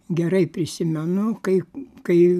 gerai prisimenu kai kai